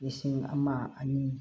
ꯂꯤꯁꯤꯡ ꯑꯃ ꯑꯅꯤ